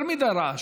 יותר מדי רעש.